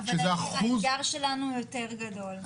שזה אחוז --- האתגר שלנו הוא יותר גדול.